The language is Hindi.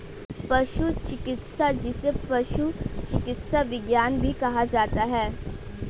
पशु चिकित्सा, जिसे पशु चिकित्सा विज्ञान भी कहा जाता है